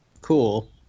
Cool